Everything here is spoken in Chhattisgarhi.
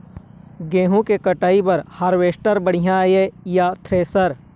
गेहूं के कटाई बर हारवेस्टर बढ़िया ये या थ्रेसर?